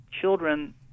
children